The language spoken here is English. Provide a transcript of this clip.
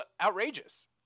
outrageous